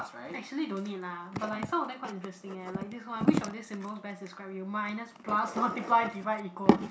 actually don't need lah but like some of them quite interesting eh like this one which of these symbols best describe you minus plus multiply divide equal